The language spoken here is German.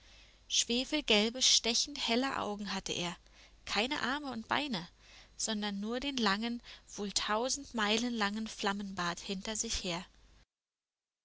schwefelgelbe stechend helle augen hatte er keine arme und beine sondern nur den langen wohl tausend meilen langen flammenbart hinter sich her